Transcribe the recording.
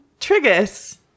Trigus